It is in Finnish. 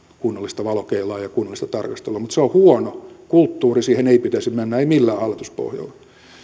kunnollista valokeilaa ja ja kunnollista tarkastelua se on huono kulttuuri siihen ei pitäisi mennä ei millään hallituspohjalla